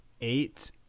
eight